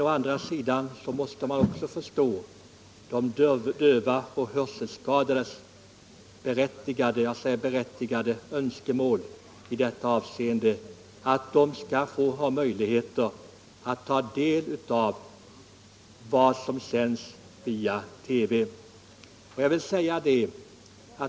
Å andra sidan måste man även förstå de dövas och hörselskadades berättigade önskemål att få möjligheter att ta del av vad som sänds via TV.